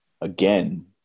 again